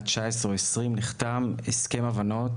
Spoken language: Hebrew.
נחתם הסכם הבנות